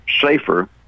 safer